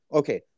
okay